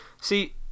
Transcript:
see